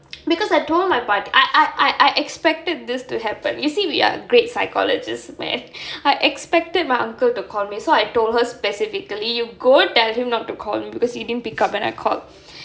because I told my பாட்டி:paati I I I I I I expected this to happen you see we are great psychologists man I expected my uncle to call me so I told her specifically you go tell him not to call me because he didn't pick up when I called